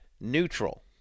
neutral